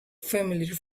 familiar